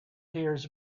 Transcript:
hears